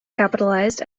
capitalized